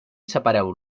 separeu